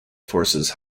forces